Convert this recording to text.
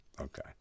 okay